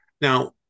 Now